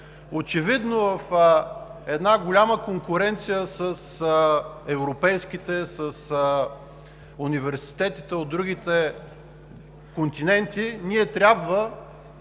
Очевидно в една голяма конкуренция с европейските, с университетите от другите континенти, ние трябва